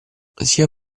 sia